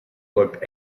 looked